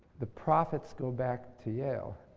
the profits go back to yale